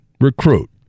recruit